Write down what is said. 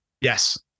Yes